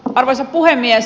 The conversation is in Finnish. arvoisa puhemies